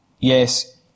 Yes